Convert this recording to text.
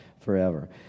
forever